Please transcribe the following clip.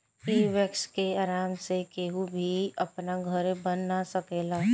इ वैक्स के आराम से केहू भी अपना घरे बना सकेला